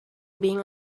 being